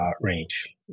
range